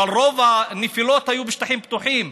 אבל רוב הנפילות היו בשטחים פתוחים,